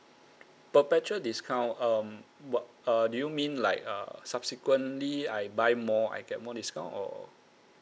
perpetual discount um what uh do you mean like uh subsequently I buy more I get more discount or